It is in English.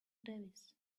davis